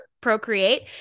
procreate